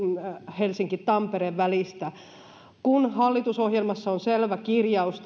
helsinki tampere välistä hallitusohjelmassa on selvä kirjaus